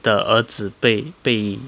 的儿子被被